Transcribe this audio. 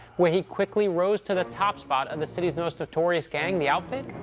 where he quickly rose to the top spot of the city's most notorious gang, the outfit,